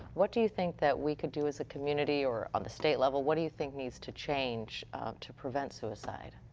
what do you think that we could do as a community or um state level, what do you think needs to change to prevent suicide?